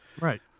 Right